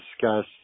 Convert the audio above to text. discuss